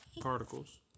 Particles